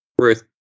Ruth